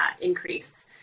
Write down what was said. increase